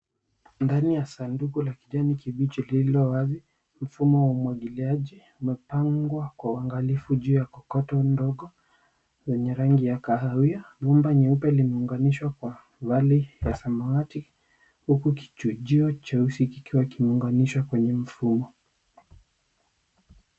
Ndani ya sanduku la kijani kibichi lililowazi mfumo wa umwagiliaji umepangwa kwa uangalifu juu ya kokoto ndogo yenye rangi ya kahawia. Nyumba nyeupe limeunganishwa kwa yale ya samawati huku kichujio cheusi kikiwa kimeunganishwa kwenye mfumo.